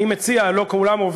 כולם,